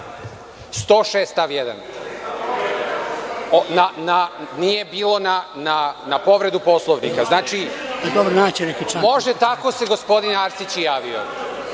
1. Nije bilo na povredu Poslovnika. Može, tako se gospodin Arsić i javio.